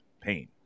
pain